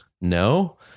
no